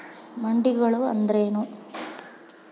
ಮಂಡಿಗಳು ಅಂದ್ರೇನು?